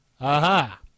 Aha